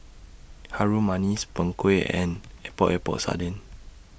Harum Manis Png Kueh and Epok Epok Sardin